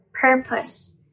purpose